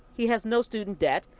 he has no student debt.